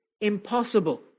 impossible